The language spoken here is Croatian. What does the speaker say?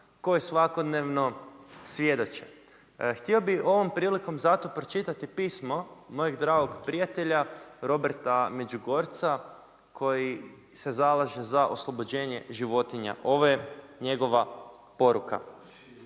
kojoj svakodnevno svjedoče. Htio bi ovom prilikom zato pročitati pismo mojeg dragog prijatelja Roberta Međugorca koji se zalaže sa oslobođene životinja, ovo je njegova poruka.